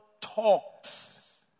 talks